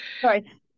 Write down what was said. Sorry